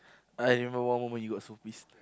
I remember one moment you got so pissed